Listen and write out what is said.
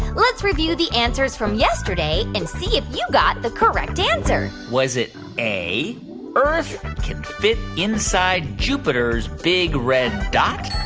let's review the answers from yesterday and see if you got the correct answer was it a earth can fit inside jupiter's big red dot?